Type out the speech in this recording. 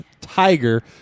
tiger